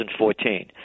2014